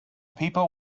people